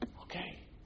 Okay